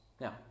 Now